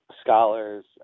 scholars